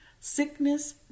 sickness